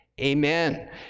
Amen